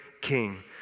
king